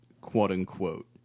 quote-unquote